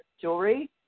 jewelry